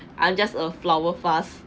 I'm just a flower fast